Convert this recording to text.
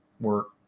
work